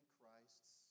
Christ's